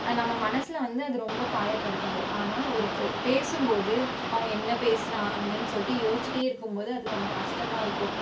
அ நம்ம மனசில் வந்து அது ரொம்ப காயப்படுத்தாது ஆனால் ஒருத்தர் பேசும்போது அவங்க என்ன பேசினாங்கன்னு சொல்லிட்டு யோசிச்சுட்டே இருக்கும்போது அது நமக்கு கஷ்டமா இருக்கும்